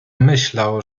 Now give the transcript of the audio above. myślał